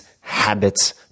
habits